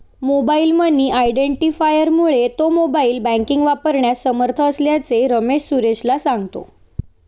mobile money आयडेंटिफायरमुळे तो mobile banking वापरण्यास समर्थ असल्याचे रमेश सुरेशला सांगतो